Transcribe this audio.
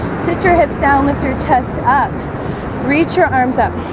sit your hips down lift your chest up reach your arms up